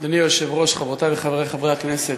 אדוני היושב-ראש, חברותי וחברי חברי הכנסת,